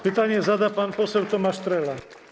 Pytanie zada pan poseł Tomasz Trela.